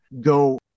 go